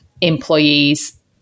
employees